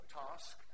task